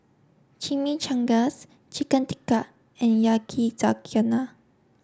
Chimichangas Chicken Tikka and Yakizakana